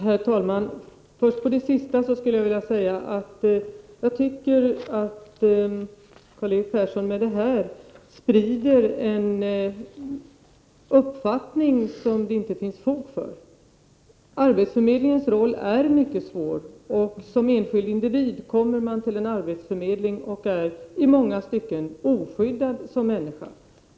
Herr talman! Med anledning av det senare inlägget vill jag säga att jag tycker att Karl-Erik Persson här sprider en uppfattning som det inte finns fog för. Arbetsförmedlingens roll är mycket svår, och när man som enskild individ kommer till en arbetsförmedling är man i många stycken oskyddad som människa.